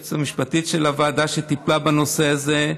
היועצת המשפטית של הוועדה, שטיפלה בנושא הזה.